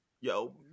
yo